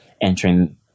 entering